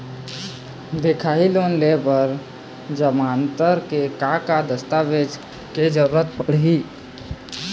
दिखाही लोन ले बर जमानतदार के का का दस्तावेज के जरूरत पड़ही?